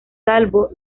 salvo